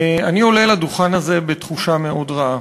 אני עולה לדוכן הזה בתחושה מאוד רעה,